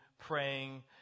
praying